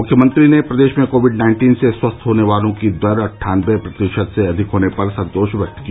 मुख्यमंत्री ने प्रदेश में कोविड नाइन्टीन से स्वस्थ होने वालों की दर अट्ठानबे प्रतिशत से अधिक होने पर संतोष व्यक्त किया